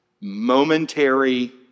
momentary